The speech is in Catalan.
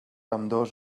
ambdós